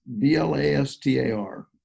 B-L-A-S-T-A-R